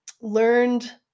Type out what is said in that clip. learned